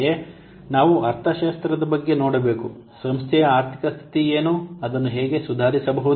ಅಂತೆಯೇ ನಾವು ಅರ್ಥಶಾಸ್ತ್ರದ ಬಗ್ಗೆ ನೋಡಬೇಕು ಸಂಸ್ಥೆಯ ಆರ್ಥಿಕ ಸ್ಥಿತಿ ಏನು ಅದನ್ನು ಹೇಗೆ ಸುಧಾರಿಸಬಹುದು